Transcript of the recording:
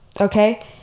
okay